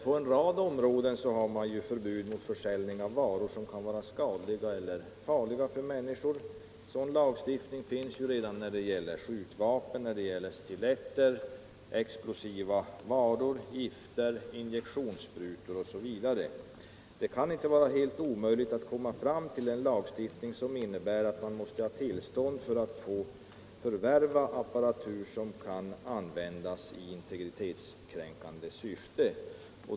På en rad områden har man ju förbud mot försäljning av varor som kan vara skadliga eller farliga för människor. Sådan lagstiftning finns redan när det gäller skjutvapen, stiletter, explosiva varor, gifter, injektionssprutor osv. Det kan inte vara helt omöjligt att komma fram till en lagstiftning som innebär att man måste ha tillstånd för att få förvärva apparatur som kan användas i integritetskränkande syfte.